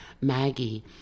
Maggie